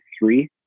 three